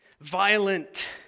Violent